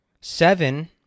Seven